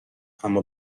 اما